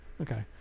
Okay